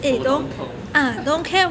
喉咙痛